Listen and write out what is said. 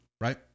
Right